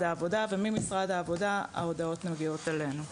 העבודה וממשרד העבודה ההודעות מגיעות אלינו.